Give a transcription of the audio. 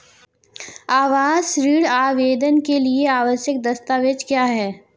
आवास ऋण आवेदन के लिए आवश्यक दस्तावेज़ क्या हैं?